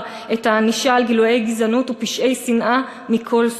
את הענישה על גילויי גזענות ופשעי שנאה מכל סוג,